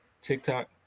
tiktok